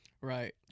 Right